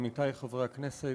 עמיתי חברי הכנסת,